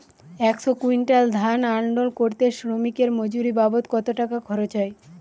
একশো কুইন্টাল ধান আনলোড করতে শ্রমিকের মজুরি বাবদ কত টাকা খরচ হয়?